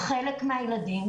חלק מהילדים,